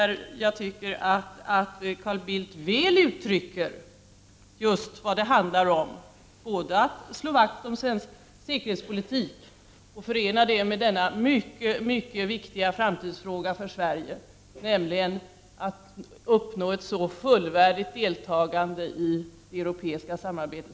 I detta uttalande tycker jag att Carl Bildt väl uttrycker just vad det handlar om, både att slå vakt om svensk säkerhetspolitik och att förena den med denna för Sverige mycket viktiga framtidsfråga, nämligen att uppnå ett så fullvärdigt deltagande som möjligt i det europeiska samarbetet.